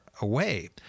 away